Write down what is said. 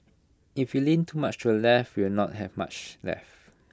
if we lean too much to the left we will not have much left